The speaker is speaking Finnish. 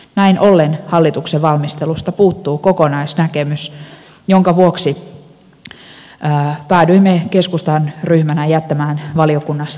näin ollen hallituksen valmistelusta puuttuu kokonaisnäkemys jonka vuoksi päädyimme keskustan ryhmänä jättämään valiokunnassa tähän vastalauseen